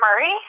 Murray